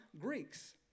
Greeks